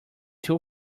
too